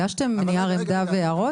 נייר עמדה וניירות?